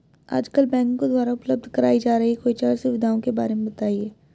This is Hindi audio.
आजकल बैंकों द्वारा उपलब्ध कराई जा रही कोई चार सुविधाओं के बारे में बताइए?